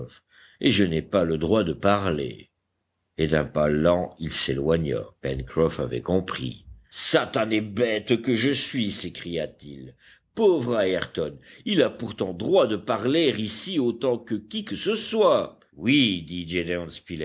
et je n'ai pas le droit de parler et d'un pas lent il s'éloigna pencroff avait compris satanée bête que je suis s'écria-t-il pauvre ayrton il a pourtant droit de parler ici autant que qui que ce soit oui dit